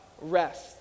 rest